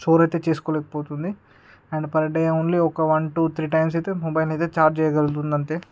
store అయితే చేసుకోలేక పోతుంది అండ్ ఫర్ డే ఓన్లీ ఒక వన్ టూ త్రీ టైమ్స్ అయితే మొబైల్ని అయితే చార్జ్ చేయగలుగుతుంది అంతే